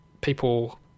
people